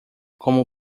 como